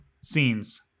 scenes